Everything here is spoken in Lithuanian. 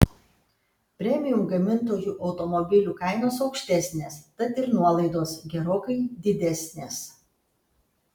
premium gamintojų automobilių kainos aukštesnės tad ir nuolaidos gerokai didesnės